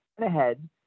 ahead